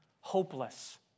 hopeless